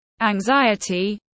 anxiety